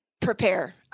prepare